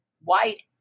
white